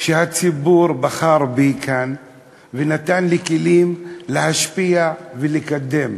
שהציבור בחר בי כאן ונתן לי כלים להשפיע ולקדם.